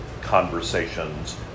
conversations